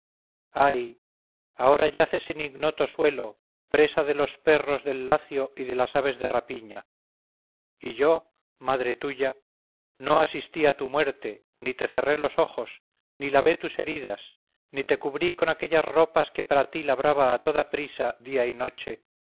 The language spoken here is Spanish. ay ahora yaces en ignoto suelo presa de los perros del lacio y de las aves de rapiña y yo madre tuya no asistí a tu muerte ni te cerré los ojos ni lavé tus heridas ni te cubrí con aquellas ropas que para ti labraba a toda prisa día y noche